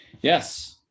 Yes